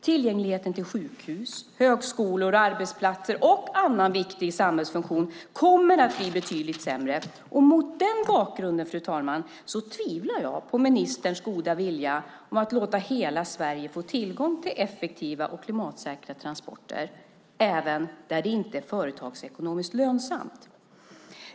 Tillgängligheten till sjukhus, högskolor, arbetsplatser och andra viktiga samhällsfunktioner kommer att bli betydligt sämre. Fru talman! Mot den bakgrunden tvivlar jag på ministerns goda vilja att låta hela Sverige få tillgång till effektiva och klimatsäkra transporter även där det inte är företagsekonomiskt lönsamt.